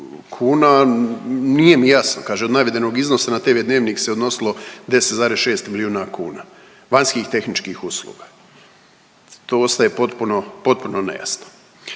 kuna, nije mi jasno, kaže od navedenog iznosa, na TV Dnevnik se odnosilo 10,6 milijuna kuna, vanjskih tehničkih usluga. To ostaje potpuno nejasno.